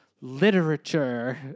literature